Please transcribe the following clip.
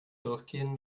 durchgehen